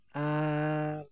ᱟᱨᱻ